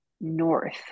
north